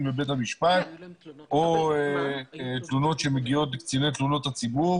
בבית המשפט או תלונות שמגיעות לקציני תלונות הציבור,